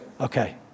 Okay